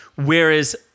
Whereas